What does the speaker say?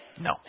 No